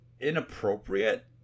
inappropriate